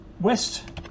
west